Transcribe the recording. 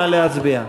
נא להצביע.